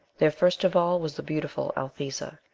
there, first of all, was the beautiful althesa,